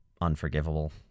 unforgivable